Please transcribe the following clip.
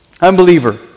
Unbeliever